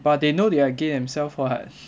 but they know they are gay themselves [what]